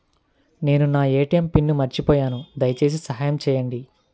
నేను నా ATM pin మర్చిపోయాను దయచేసి సహాయం చేయండి